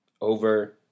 over